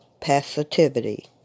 passivity